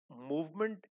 movement